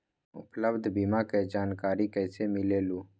उपलब्ध बीमा के जानकारी कैसे मिलेलु?